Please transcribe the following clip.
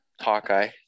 Hawkeye